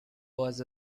was